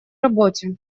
работе